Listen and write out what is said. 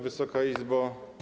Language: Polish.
Wysoka Izbo!